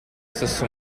stesso